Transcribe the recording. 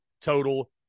total